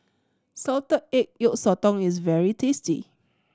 salted egg yolk sotong is very tasty